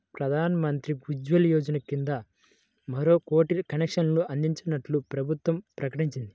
ప్రధాన్ మంత్రి ఉజ్వల యోజన కింద మరో కోటి కనెక్షన్లు అందించనున్నట్లు ప్రభుత్వం ప్రకటించింది